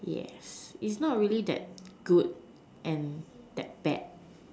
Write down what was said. yes it's not really that good and that bad